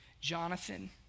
Jonathan